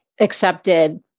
accepted